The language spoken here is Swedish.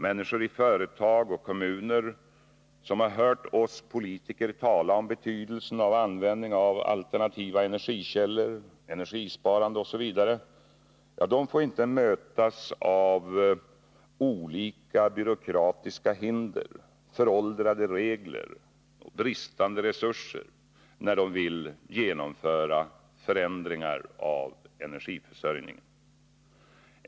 Människor i företag och kommuner som har hört oss politiker tala om betydelsen av att använda alternativa energikällor, energisparande osv. får inte mötas av olika byråkratiska hinder föråldrade regler och bristande resurser när de vill genomföra förändringar av energiförsörjningen.